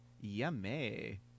Yummy